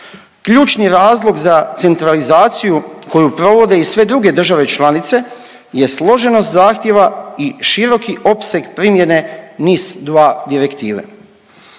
Ključni razlog za centralizaciju koju provode i sve druge države članice jest složenost zahtjeva i široki opseg primjene NIS2 direktive.